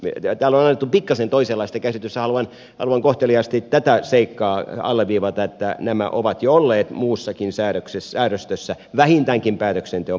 täällä on annettu pikkasen toisenlaista käsitystä haluan kohteliaasti tätä seikkaa alleviivata että nämä ovat jo olleet muussakin säädöstössä vähintäänkin päätöksenteon pohjana